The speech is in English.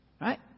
Right